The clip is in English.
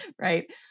right